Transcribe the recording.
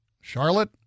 Charlotte